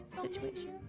situation